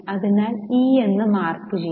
അതിനാൽ ഇ എന്ന് മാർക്ക് ചെയ്യാം